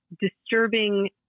disturbing